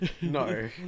no